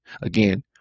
Again